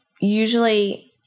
usually